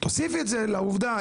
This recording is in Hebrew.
תוסיפי את זה לעובדה,